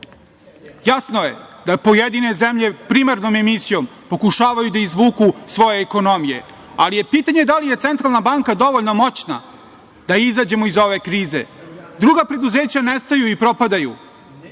Jasno je da pojedine zemlje primarnom emisijom pokušavaju da izvuku svoje ekonomije, ali je pitanje da li je centralna banka dovoljno moćna da izađemo iz ove krize. Druga preduzeća nestaju i propadaju,